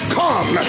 come